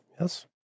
Yes